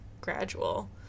gradual